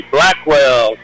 Blackwell